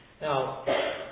now